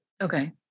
Okay